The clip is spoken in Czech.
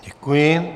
Děkuji.